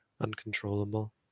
uncontrollable